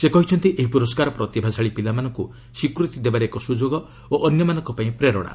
ସେ କହିଛନ୍ତି ଏହି ପୁରସ୍କାର ପ୍ରତିଭାଶାଳୀ ପିଲାମାନଙ୍କୁ ସ୍ୱୀକୃତି ଦେବାରେ ଏକ ସୁଯୋଗ ଓ ଅନ୍ୟମାନଙ୍କ ପାଇଁ ପ୍ରେରଣା